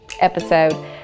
episode